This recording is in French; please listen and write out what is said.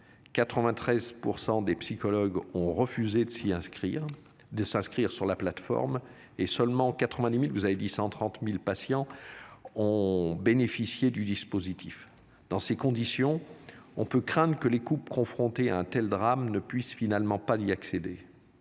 93%. Des psychologues ont refusé de s'y inscrire de s'inscrire sur la plateforme et seulement 90.000 vous avez dit, 130.000 patients ont bénéficié du dispositif. Dans ces conditions on peut craindre que les coupes confrontés à un tel drame ne puisse finalement pas d'y accéder.